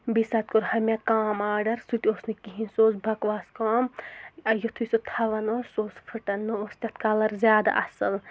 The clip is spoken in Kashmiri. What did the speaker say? بیٚیہِ ساتہٕ کوٚر ہا مےٚ کام آرڈَر سُہ تہِ اوس نہٕ کِہیٖنۍ سُہ اوس بَکواس کام یُتھُے سُہ تھاوَن اوس سُہ اوس فٕٹَن نہٕ اوس تَتھ کَلَر زیادٕ اَصٕل